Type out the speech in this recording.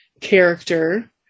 character